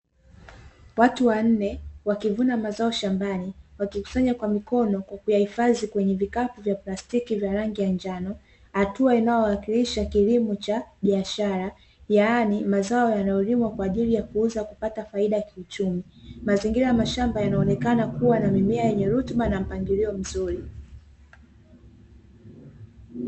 Watu wanne wakivuna mazao shambani, wakikusanya kwa mkono kwa kuyahifadhi kwenye vikapu vya plastiki vya rangi ya njano, hatua inayowakilisha kilimo cha biashara yaani mazao yanayolimwa kwa ajili ya kupata faida kiuchumi na yanaonekana kuwa ni mimea yenye rutuba na mpangilio mzuri.